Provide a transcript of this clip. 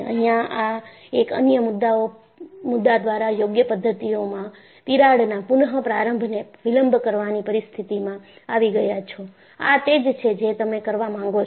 અહિયાં આ એક અન્ય મુદ્દા દ્વારા યોગ્ય પદ્ધતિઓમાં તિરાડના પુનઃપ્રારંભ ને વિલંબ કરાવાની પરીસ્થિતિમાં આવી ગયા છો આ તે જ છેજે તમે કરવા માંગો છો